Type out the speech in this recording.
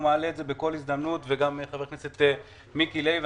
מעלה את זה בכל הזדמנות וגם חבר הכנסת מיקי לוי.